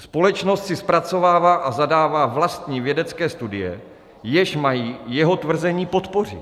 Společnost si zpracovává a zadává vlastní vědecké studie, jež mají jeho tvrzení podpořit.